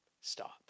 stop